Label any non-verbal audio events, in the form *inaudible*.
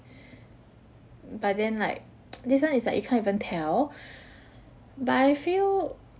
but then like *noise* this one is like you can't even tell but I feel